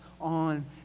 On